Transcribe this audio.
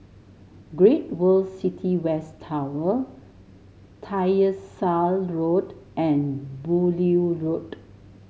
Great World City West Tower Tyersall Road and Beaulieu Road